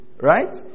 Right